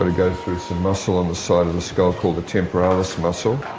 and go through some muscle on the side of the skull called the temporalis muscle.